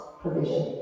provision